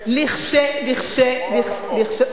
לכש שמירה על החוק.